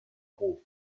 ruf